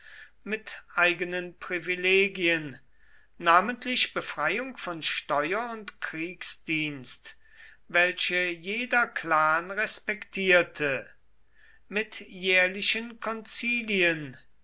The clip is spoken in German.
mit eigenen privilegien namentlich befreiung von steuer und kriegsdienst welche jeder clan respektierte mit jährlichen konzilien